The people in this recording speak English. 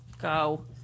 Go